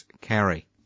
carry